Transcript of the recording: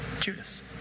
Judas